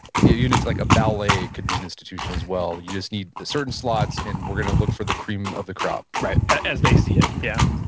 unit like a ballet could be an institution as well. you just need a certain slots and we're going to look for the cream of the crop right as they see it. yeah